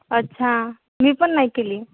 अच्छा मी पण नाही केली